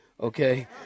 okay